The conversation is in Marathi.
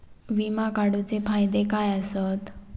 विमा काढूचे फायदे काय आसत?